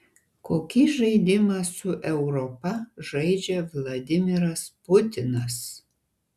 kokį žaidimą su europa žaidžia vladimiras putinas